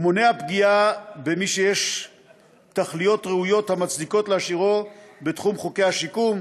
ומונע פגיעה במי שיש תכליות ראויות המצדיקות להשאירו בתחום חוקי השיקום,